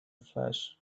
flash